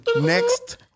next